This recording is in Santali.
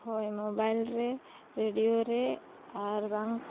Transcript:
ᱦᱳᱭ ᱢᱚᱵᱟᱭᱤᱞ ᱨᱮ ᱨᱮᱰᱤᱭᱳ ᱨᱮ ᱟᱨᱵᱟᱝ